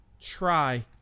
try